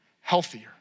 healthier